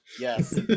yes